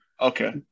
Okay